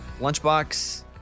Lunchbox